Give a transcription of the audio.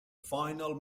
final